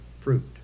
fruit